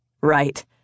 Right